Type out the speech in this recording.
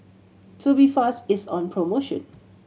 Tubifast is on promotion